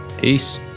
Peace